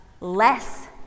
less